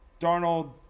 Darnold